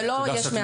זה לא יש מאיין.